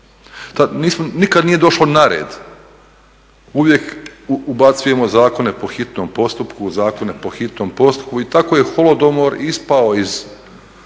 Nikad nije došlo na red, uvijek ubacujemo zakone po hitnom postupku, zakone po hitnom postupku i tako je holodomor ispao iz